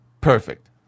perfect